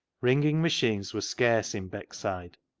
wringing machines were scarce in beckside.